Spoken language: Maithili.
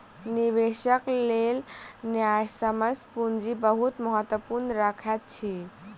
निवेशकक लेल न्यायसम्य पूंजी बहुत महत्त्व रखैत अछि